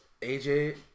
AJ